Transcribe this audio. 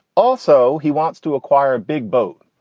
also, he wants to acquire a big boat.